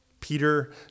Peter